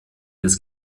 des